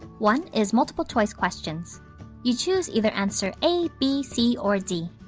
one is multiple choice questions you choose either answer a, b, c or d.